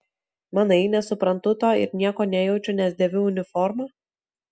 manai nesuprantu to ir nieko nejaučiu nes dėviu uniformą